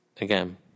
again